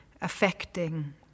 affecting